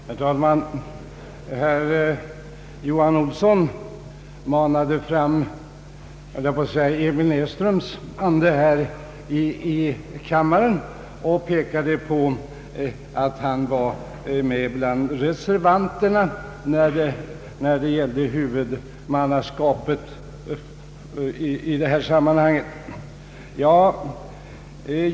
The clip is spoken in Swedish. Herr talman! Herr Johan Olsson manade fram herr Emil Näsströms ande här i kammaren och pekade på att denne var med bland reservanterna när det gällde huvudmannaskapet i detta sammanhang.